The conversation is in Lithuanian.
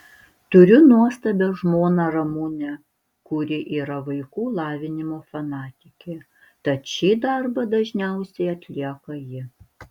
turiu nuostabią žmoną ramunę kuri yra vaikų lavinimo fanatikė tad šį darbą dažniau atlieka ji